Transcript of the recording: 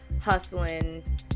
hustling